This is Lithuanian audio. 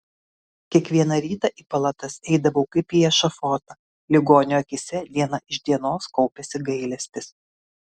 kiekvieną rytą į palatas eidavau kaip į ešafotą ligonių akyse diena iš dienos kaupėsi gailestis